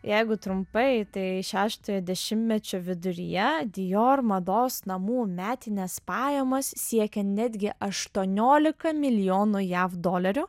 jeigu trumpai tai šeštojo dešimtmečio viduryje dior mados namų metinės pajamos siekė netgi aštuoniolika milijonų jav dolerių